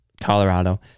Colorado